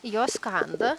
jos kanda